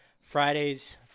Fridays